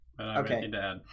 Okay